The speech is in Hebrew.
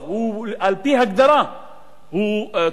על-פי הגדרה הוא טוב,